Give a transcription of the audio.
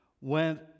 went